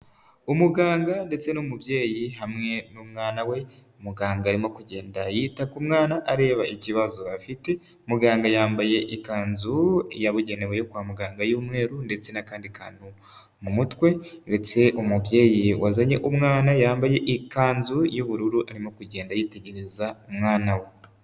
Umuganga ndetse n'umubyeyi hamwe n'umwana we, umuganga arimo kugenda yita ku mwana areba ikibazo afite, muganga yambaye ikanzu yabugenewe yo kwa muganga y'umweru ndetse n'akandi kantu mu mutwe ndetse umubyeyi wazanye umwana yambaye ikanzu y'ubururu, arimo kugenda yitegereza umwana we.